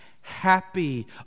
Happy